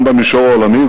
גם במישור העולמי.